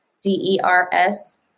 D-E-R-S